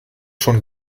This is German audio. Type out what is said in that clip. schon